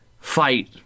fight